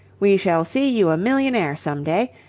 we shall see you a millionaire some day.